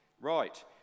Right